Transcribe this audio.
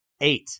Eight